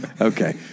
Okay